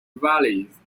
valleys